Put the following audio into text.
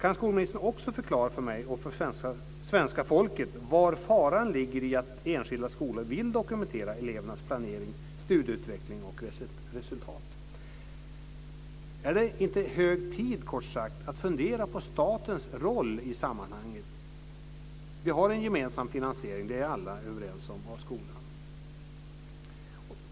Kan skolministern också förklara för mig och för svenska folket var faran ligger i att enskilda skolor vill dokumentera elevernas planering, studieutveckling och resultat? Är det inte hög tid, kort sagt, att fundera över statens roll i sammanhanget? Vi har en gemensam finansiering - det är alla överens om - av skolan.